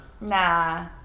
Nah